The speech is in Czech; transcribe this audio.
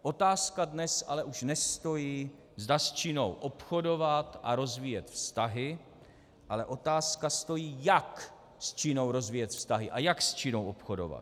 Otázka dnes ale už nestojí, zda s Čínou obchodovat a rozvíjet vztahy, ale otázka stojí, jak s Čínou rozvíjet vztahy a jak s Čínou obchodovat.